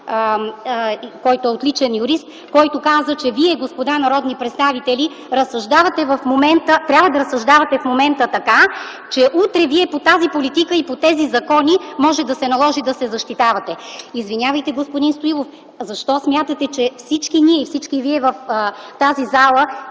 който е отличен юрист. Той каза - вие, господа народни представители, трябва да разсъждавате в момента така, че по тази политика и по тези закони утре вие може да се наложи да се защитавате. Извинявайте, господин Стоилов, защо смятате, че всички ние и всички вие в тази зала